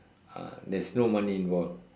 ah there's no money involved